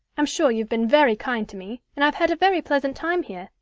i'm sure you've been very kind to me, and i've had a very pleasant time here,